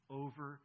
over